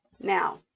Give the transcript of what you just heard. Now